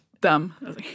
dumb